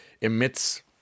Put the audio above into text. emits